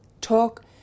talk